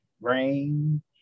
Rain